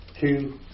two